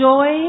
Joy